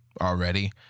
already